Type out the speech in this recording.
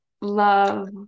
love